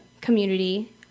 community